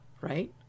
right